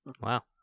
Wow